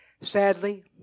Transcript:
Sadly